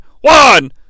One